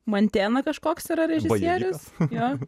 mantena kažkoks yra režisierius jo